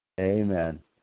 Amen